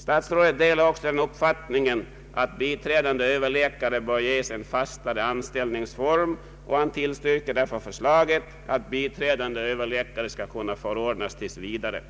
Statsrådet delar också den uppfattningen att biträdande överläkare bör ges en fastare anställningsform, och han tillstyrker därför förslaget att biträdande överläkare skall kunna förordnas tills vidare.